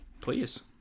Please